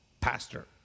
Pastor